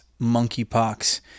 monkeypox